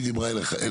כי היא דיברה אליך?